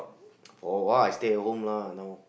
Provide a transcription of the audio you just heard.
for awhile I stay at home lah now